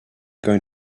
going